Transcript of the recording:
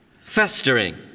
festering